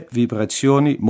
vibrazioni